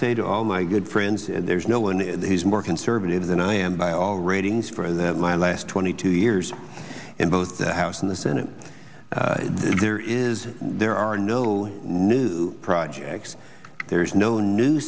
say to all my good friends and there's no one who's more conservative than i am by all ratings for my last twenty two years in both the house and the senate there is there are no new projects there's no ne